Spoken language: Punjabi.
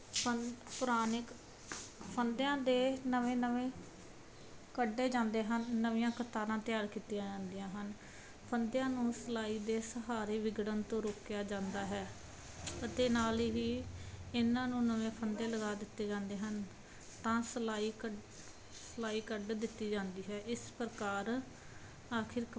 ਫੰ ਪੁਰਾਣੇ ਫੰਦਿਆਂ ਦੇ ਨਵੇਂ ਨਵੇਂ ਕੱਢੇ ਜਾਂਦੇ ਹਨ ਨਵੀਆਂ ਕਤਾਰਾਂ ਤਿਆਰ ਕੀਤੀਆਂ ਜਾਂਦੀਆਂ ਹਨ ਫੰਦਿਆਂ ਨੂੰ ਸਲਾਈ ਦੇ ਸਹਾਰੇ ਵਿਗੜਨ ਤੋਂ ਰੋਕਿਆ ਜਾਂਦਾ ਹੈ ਅਤੇ ਨਾਲ ਹੀ ਇਹਨਾਂ ਨੂੰ ਨਵੇਂ ਫੰਦੇ ਲਗਾ ਦਿੱਤੇ ਜਾਂਦੇ ਹਨ ਤਾਂ ਸਲਾਈ ਕ ਸਲਾਈ ਕੱਢ ਦਿੱਤੀ ਜਾਂਦੀ ਹੈ ਇਸ ਪ੍ਰਕਾਰ ਆਖਰ ਕਪ